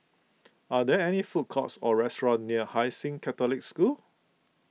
are there any food courts or restaurants near Hai Sing Catholic School